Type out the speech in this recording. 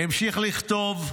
המשיך לכתוב.